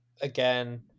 again